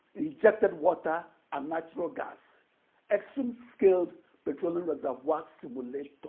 injected water, and natural gas extreme-scaled petroleum reservoir simulator.